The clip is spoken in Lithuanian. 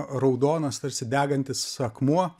raudonas tarsi degantis akmuo